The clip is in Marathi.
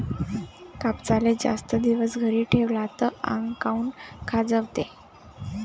कापसाले जास्त दिवस घरी ठेवला त आंग काऊन खाजवते?